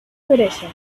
tradition